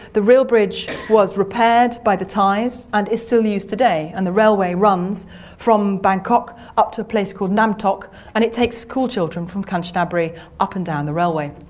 the real bridge was repaired by the thais and is still used today and the railway runs from bangkok up to a place called nam tok and it takes schoolchildren from kanchanaburi up and down the railway.